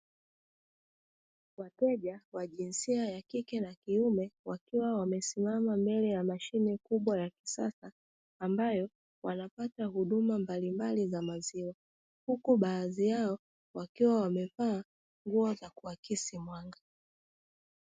Wateja wa jinsia ya kike na kiume wakiwa wamesimama mbele ya mashine kubwa ya kisasa ambayo wanapata huduma mbalimbali za maziwa, huku baadhi yao wakiwa wamevaa nguo za kuakisi mwanga.